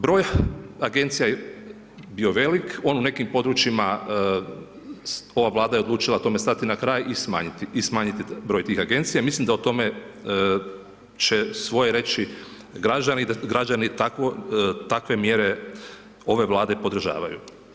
Broj Agencija je bio velik, on u nekim područjima, ova Vlada je odlučila tome stati na kraj i smanjiti broj tih Agencija, mislim da o tome će svoje reći građani i da građani takve mjere ove Vlade podržavaju.